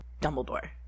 dumbledore